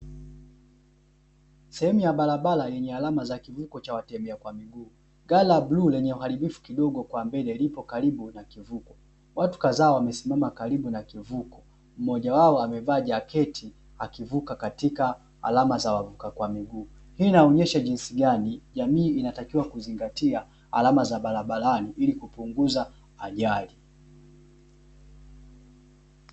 Sehemu ya barabara yenye alama za kivuko cha watembea kwa miguu, gari la blue lenye uharibifu kidogo kwa mbele lipo karibu na kivuko, watu kadhaa wamesimama karibu na kivuko, mmoja wao amevaa jaketi akivuka katika alama za kwa miguu, hii inaonyesha jinsi gani jamii inatakiwa kuzingatia alama za barabarani ili kupunguza ajali.